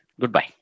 goodbye